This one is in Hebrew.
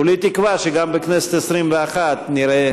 כולי תקווה שגם בכנסת העשרים ואחת נראה